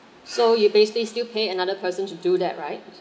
so you basically still pay another person to do that right